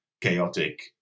chaotic